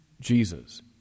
Jesus